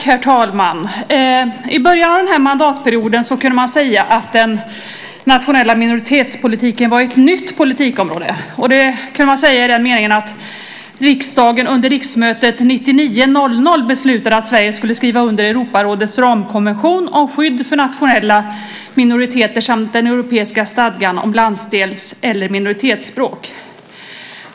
Herr talman! I början av den här mandatperioden kunde man säga att den nationella minoritetspolitiken var ett nytt politikområde. Det kunde man säga därför riksdagen under riksmötet 1999/2000 beslutade att Sverige skulle skriva under Europarådets ramkonvention om skydd för nationella minoriteter samt den europeiska stadgan om landsdels eller minoritetsspråk.